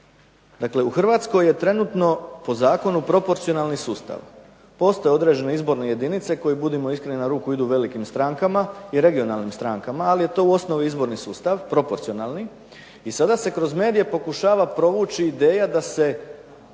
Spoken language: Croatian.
dakle u Hrvatskoj je trenutno po zakonu proporcionalni sustav. Postoje određene izborne jedinice koje budimo iskreni na ruku idu velikim strankama i regionalnim strankama, ali je to u osnovi izborni sustav, proporcionalni i sada se kroz medije pokušava provući ideja da se